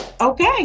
Okay